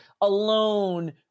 alone